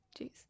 jeez